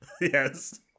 Yes